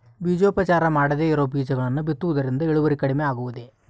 ಬೇಜೋಪಚಾರ ಮಾಡದೇ ಇರೋ ಬೇಜಗಳನ್ನು ಬಿತ್ತುವುದರಿಂದ ಇಳುವರಿ ಕಡಿಮೆ ಆಗುವುದೇ?